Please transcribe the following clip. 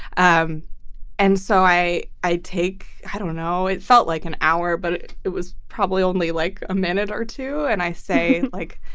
um and so i i take i don't know, it felt like an hour, but it was probably only like a minute or two. and i say, like,